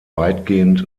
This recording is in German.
weitgehend